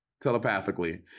telepathically